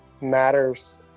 matters